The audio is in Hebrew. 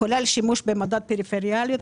כולל שימוש במדד פריפריאליות,